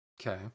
Okay